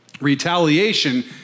Retaliation